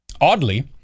Oddly